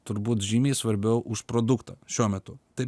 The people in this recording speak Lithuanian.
turbūt žymiai svarbiau už produktą šiuo metu tai